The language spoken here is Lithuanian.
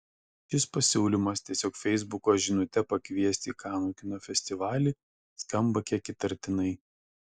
šis pasiūlymas tiesiog feisbuko žinute pakviesti į kanų kino festivalį skamba kiek įtartinai